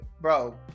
bro